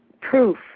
proof